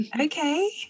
okay